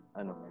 ano